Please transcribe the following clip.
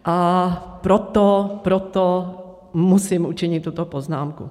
A proto musím učinit tuto poznámku.